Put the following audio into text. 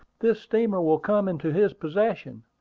this steamer will come into his possession.